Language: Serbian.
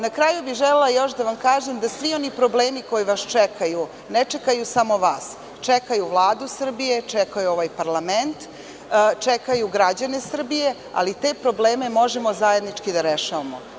Na kraju bih želela još da vam kažem da svi oni problemi koji vas čekaju, ne čekaju samo vas, čekaju Vladu Srbije, čekaju ovaj parlament, čekaju građane Srbije, ali te probleme možemo zajednički da rešavamo.